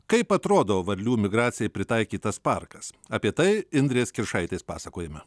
kaip atrodo varlių migracijai pritaikytas parkas apie tai indrės kiršaitės pasakojime